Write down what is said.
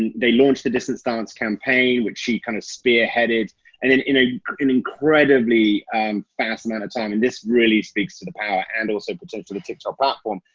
they launched the distancedance campaign, which she kind of spearheaded and in in ah an incredibly fast amount of time. and this really speaks to the power and also potential of the tiktok platform.